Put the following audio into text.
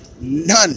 none